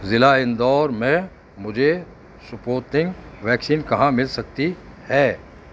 ضلع اندور میں مجھے سپوتنک ویکسین کہاں مل سکتی ہے